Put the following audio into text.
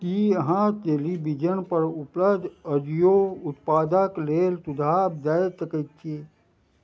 की अहाँ टेलीविजनपर उपलब्ध अजियो उत्पादक लेल सुझाव दए सकैत छी